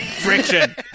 Friction